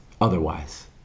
otherwise